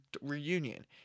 reunion